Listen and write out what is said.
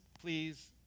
please